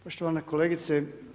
Poštovana kolegice.